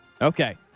Okay